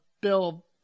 Bill